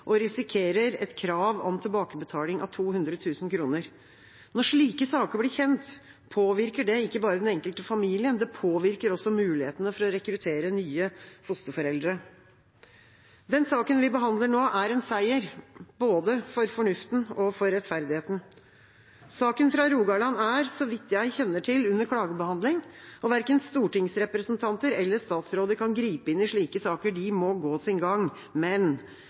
og risikerer et krav om tilbakebetaling av 200 000 kr. Når slike saker blir kjent, påvirker det ikke bare den enkelte familien – det påvirker også mulighetene for å rekruttere nye fosterforeldre. Den saken vi behandler nå, er en seier, både for fornuften og for rettferdigheten. Saken fra Rogaland er, så vidt jeg kjenner til, under klagebehandling. Verken stortingsrepresentanter eller statsråder kan gripe inn i slike saker. De må gå sin gang. Men